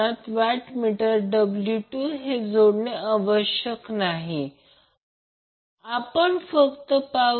तर हा current Ia आहे हा Ib हा Ic आहे आणि काही करंट न्यूट्रलमधून वाहतो आहे आणि यालाच अनबॅलन्सड गोष्ट म्हणतात